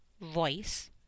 voice